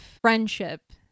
friendship